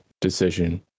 decision